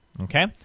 Okay